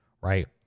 right